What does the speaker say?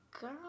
Girl